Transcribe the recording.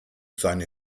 seine